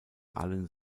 allen